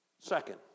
Second